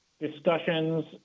discussions